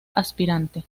aspirante